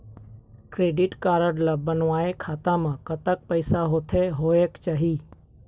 Credit card ला बनवाए खाता मा कतक पैसा होथे होएक चाही?